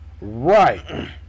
right